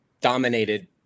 dominated